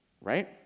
right